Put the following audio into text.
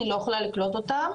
אני לא יכולה לקלוט אותם